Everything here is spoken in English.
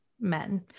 men